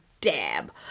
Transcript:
Dab